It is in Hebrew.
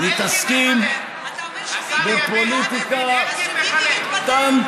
אנחנו בירכנו אותו, מתעסקים בפוליטיקה קטנטנה.